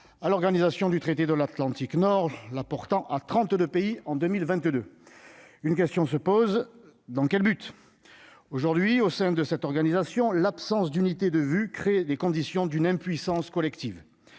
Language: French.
à l'Organisation du traité de l'Atlantique nord, la portant à 32 pays en 2022, une question se pose, dans quel but aujourd'hui au sein de cette organisation, l'absence d'unité de vue les conditions d'une impuissance collective,